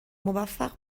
موفق